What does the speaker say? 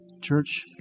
Church